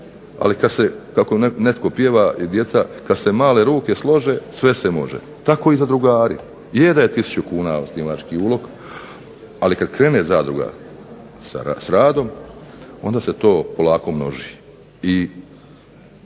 ali kad se kako netko pjeva i djeca, kad se male ruke slože sve se može, tako i zadrugari. Je da je 1000 kuna osnivački ulog, ali kad krene zadruga s radom onda se to polako množi